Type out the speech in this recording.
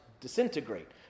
disintegrate